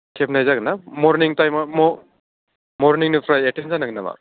खेबनाय जागोन ना मर्निं टाइमआव मह मर्निंनिफ्राय एटेन्ड जानांगोन नामा